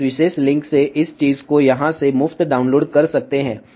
आप इस विशेष लिंक से इस चीज़ को यहाँ से मुफ्त डाउनलोड कर सकते हैं